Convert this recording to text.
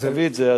אז, תביא את זה.